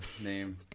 name